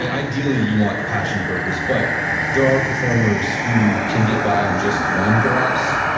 ideally you want passion and purpose, but there are performers who can get by on just one perhaps?